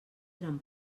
eren